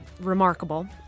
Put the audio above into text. remarkable